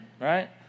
right